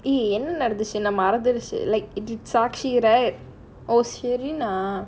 eh என்ன நடந்துச்சுனா மறந்திருச்சு:enna nadanthuchunaa maranthirichu like it saksi right oh sherin